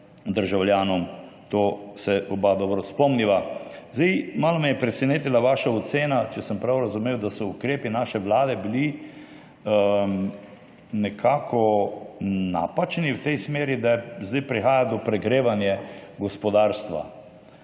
državljanom. Tega se oba dobro spomniva. Malo me je presenetila vaša ocena, če sem prav razumel, da so bili ukrepi naše vlade nekako napačni v tej smeri, da zdaj prihaja do pregrevanja gospodarstva.